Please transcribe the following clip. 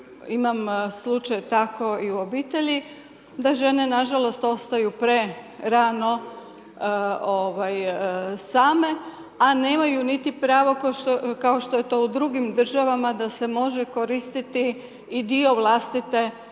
imam slučaj tako i u obitelji, da žene nažalost, ostaju, prerano same, a nemaju niti pravo, kao što je to u drugim državama, da se može koristiti i dio vlastite mirovine,